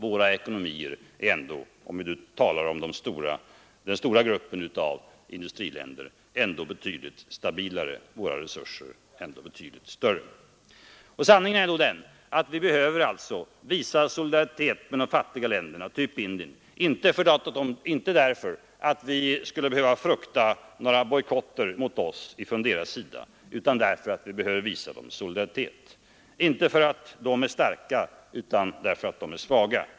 Våra ekonomier är ändå — om vi nu talar om den stora gruppen av industriländer — betydligt stabilare, våra resurser är ändå betydligt större. Sanningen är nog den att vi behöver visa solidaritet med de fattigaste länderna, typ Indien, inte därför att vi skulle behöva frukta några bojkotter mot oss från deras sida utan därför att de behöver vår solidaritet, inte för att de är starka utan för att de är svaga.